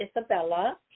Isabella